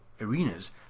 arenas